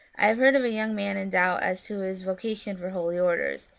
i have heard of a young man in doubt as to his vocation for holy orders,